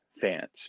fans